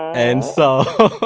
and so,